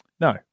No